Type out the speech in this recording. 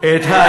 מס חברות.